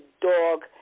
dog